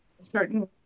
certain